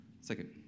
second